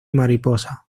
mariposa